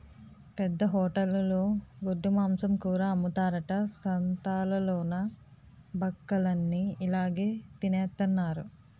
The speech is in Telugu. పెద్ద హోటలులో గొడ్డుమాంసం కూర అమ్ముతారట సంతాలలోన బక్కలన్ని ఇలాగె తినెత్తన్నారు